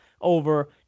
over